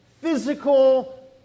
physical